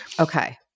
Okay